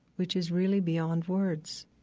which is really beyond words